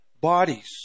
bodies